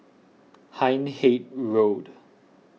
Hindhede Road